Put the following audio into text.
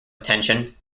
attention